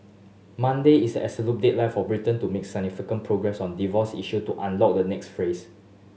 Monday is absolute deadline for Britain to make sufficient progress on divorce issue to unlock the next phase